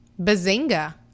Bazinga